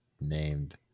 named